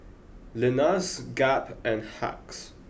Lenas Gap and Hacks